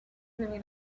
really